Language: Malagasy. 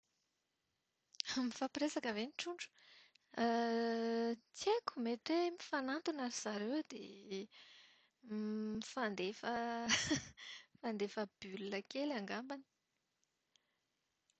Mifampireaka ve ny trondro? Tsy haiko! Mety hoe mifanantona ry zareo dia mifandefa mifandefa bulle kely angambany.